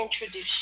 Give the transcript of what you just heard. introduce